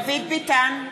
(קוראת בשמות חברי הכנסת) דוד ביטן,